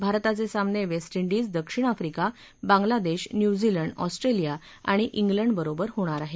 भारताचे सामने West Indies दक्षिण आफ्रीका बाग्लादेश न्यूझीलंड ऑस्ट्रेलिया आणि ग्लंडबरोबर होणार आहेत